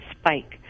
spike